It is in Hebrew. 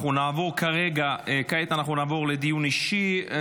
כעת נעבור לדיון אישי.